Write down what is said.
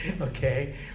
Okay